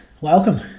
welcome